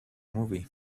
movie